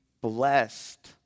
blessed